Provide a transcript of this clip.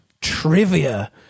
trivia